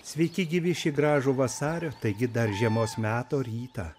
sveiki gyvi šį gražų vasario taigi dar žiemos meto rytą